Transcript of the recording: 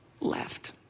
left